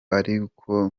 ariko